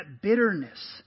bitterness